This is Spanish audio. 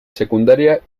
secundaria